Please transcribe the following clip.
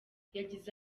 yagize